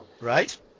Right